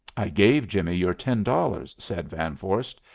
i gave jimmie your ten dollars, said van vorst,